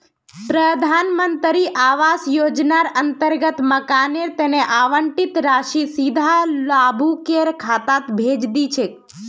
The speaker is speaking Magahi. प्रधान मंत्री आवास योजनार अंतर्गत मकानेर तना आवंटित राशि सीधा लाभुकेर खातात भेजे दी छेक